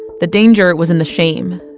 the danger was in the shame.